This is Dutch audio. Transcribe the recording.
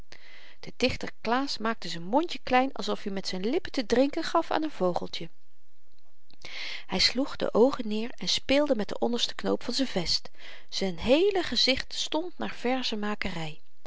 de dichter klaas maakte z'n mondje klein alsof i met z'n lippen te drinken gaf aan een vogeltje hy sloeg de oogen neèr en speelde met den ondersten knoop van z'n vest z'n heele gezicht stond naar